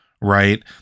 right